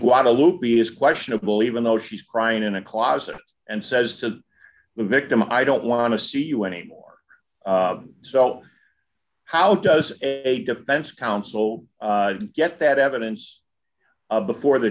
guadalupe b is questionable even though she's crying in a closet and says to the victim i don't want to see you anymore so how does a defense counsel get that evidence of before the